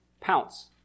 pounce